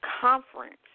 Conference